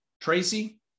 Tracy